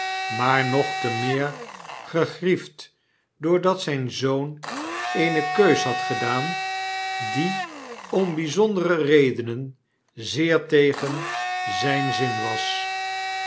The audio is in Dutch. maar nog te meer gegriefd doordat zyn zoon eene keus had gedaan die om bijzondere redenen zeer tegen zijn zin was